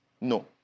No